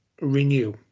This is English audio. renew